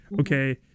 Okay